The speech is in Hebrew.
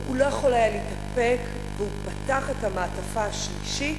הוא לא יכול היה להתאפק והוא פתח את המעטפה השלישית.